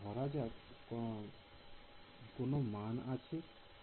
ধরা যাক কোন মান আছে ε